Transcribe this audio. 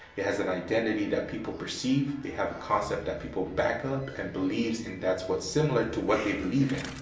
it has an identity that people perceive. they have a concept that people back up and believes in. that's what similar to what they believe in.